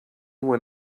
when